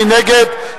מי נגד?